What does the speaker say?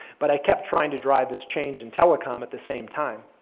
but i kept trying to drive this change in telecom at the same time.